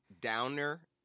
Downer